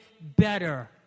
better